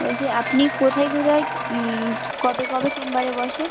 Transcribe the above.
বলছি যে আপনি কোথায় কোথায় কবে কবে চেম্বারে বসেন